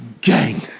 Gang